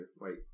wait